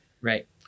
Right